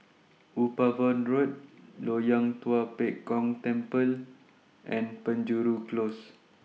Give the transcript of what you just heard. Upavon Road Loyang Tua Pek Kong Temple and Penjuru Close